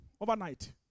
overnight